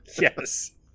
Yes